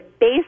base